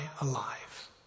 alive